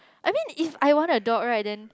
I mean if I want a dog right then like